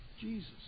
Jesus